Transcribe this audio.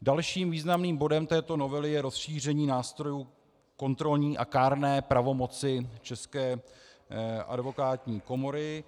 Dalším významným bodem této novely je rozšíření nástrojů kontrolní a kárné pravomoci České advokátní komory.